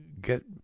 get